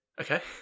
Okay